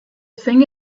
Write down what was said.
thing